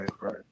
right